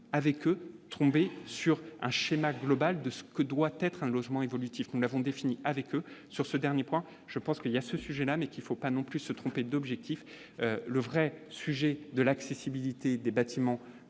avec eux, tomber sur un schéma global de ce que doit être un logement évolutif, nous l'avons définie avec eux sur ce dernier point, je pense qu'il y a ce sujet mais qu'il faut pas non plus se tromper d'objectif, le vrai sujet de l'accessibilité des bâtiments